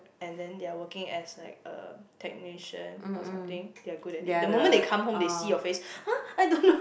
and then they are working as like uh technician or something they are good at it the moment they come home they see your face !huh! I don't know